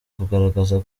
kugaragaza